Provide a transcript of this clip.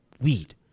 weed